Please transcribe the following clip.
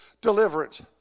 deliverance